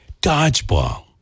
Dodgeball